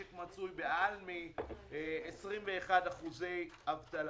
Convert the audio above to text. שהמשק מצוי במעל 21% אבטלה,